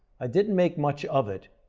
i didn't make much of it,